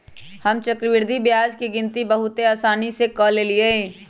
हम चक्रवृद्धि ब्याज के गिनति बहुते असानी से क लेईले